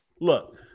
Look